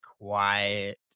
quiet